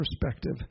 perspective